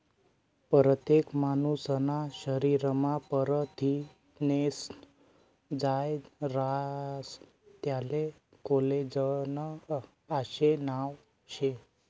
परतेक मानूसना शरीरमा परथिनेस्नं जायं रास त्याले कोलेजन आशे नाव शे